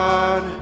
God